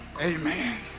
Amen